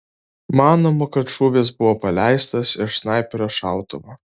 manoma kad šūvis buvo paleistas iš snaiperio šautuvo